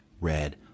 red